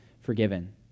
forgiven